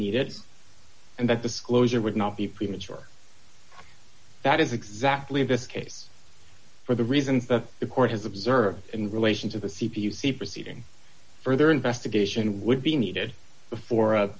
needed and that disclosure would not be premature that is exactly this case for the reasons that the court has observed in relation to the c p u see proceeding further investigation would be needed before a